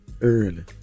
early